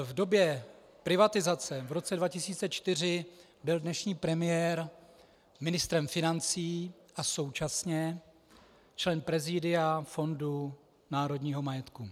V době privatizace v roce 2004 byl dnešní premiér ministrem financí a současně členem prezídia Fondu národního majetku.